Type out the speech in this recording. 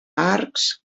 arcs